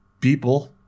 people